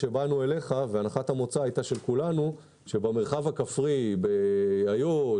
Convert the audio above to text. כשבאנו אליך והנחת המוצא של כולנו הייתה שבמרחב הכפרי באיו"ש,